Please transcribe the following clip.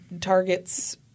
target's